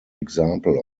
example